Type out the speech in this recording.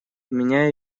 меня